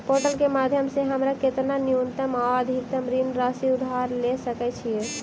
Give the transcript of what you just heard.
Portal केँ माध्यम सऽ हमरा केतना न्यूनतम आ अधिकतम ऋण राशि उधार ले सकै छीयै?